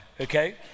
okay